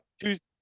tuesday